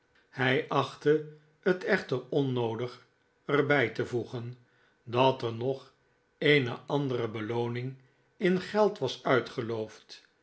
hij achtte het echter onnoodig er bij te voegen dat er nog eene andere belooning in geld was uitgeloofd